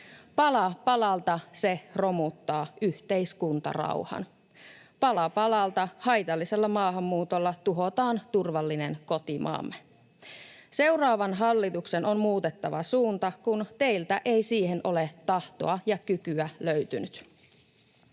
Pala palalta se romuttaa yhteiskuntarauhan. Pala palalta haitallisella maahanmuutolla tuhotaan turvallinen kotimaamme. Seuraavan hallituksen on muutettava suunta, kun teiltä ei siihen ole tahtoa ja kykyä löytynyt.